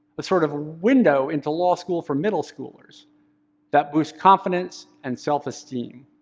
a sort of window into law school for middle schoolers that boosts confidence and self-esteem.